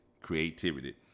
creativity